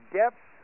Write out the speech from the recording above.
depth